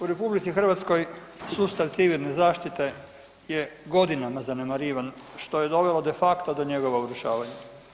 U RH sustav civilne zaštite je godinama zanemarivan što je dovelo de facto do njegovog urušavanja.